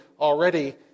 already